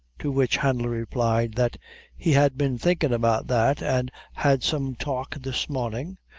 to which hanlon replied, that he had been thinkin' about that, an' had some talk, this mornin',